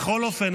בכל אופן,